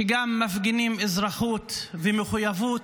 שגם מפגינים אזרחות ומחויבות,